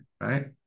right